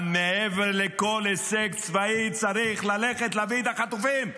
אבל מעבר לכל הישג צבאי צריך ללכת להביא את החטופים.